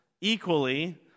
equally